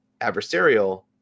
adversarial